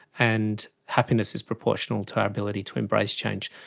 and happiness is proportional to our ability to embrace change.